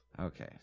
Okay